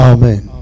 Amen